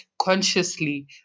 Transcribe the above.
consciously